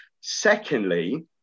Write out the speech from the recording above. Secondly